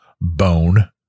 Bone